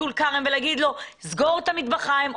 בטולכרם ולהגיד לו שיסגור את בית המטבחיים,